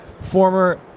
former